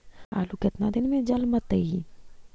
आलू केतना दिन में जलमतइ?